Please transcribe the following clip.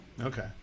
okay